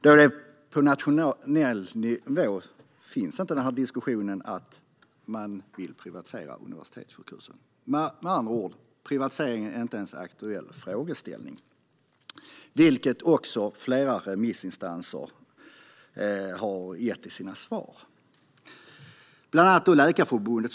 På nationell nivå finns det inte någon diskussion om att privatisera universitetssjukhusen. Med andra ord är privatisering inte ens en aktuell frågeställning. Det har också flera remissinstanser svarat, bland annat Läkarförbundet.